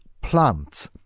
plant